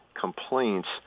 complaints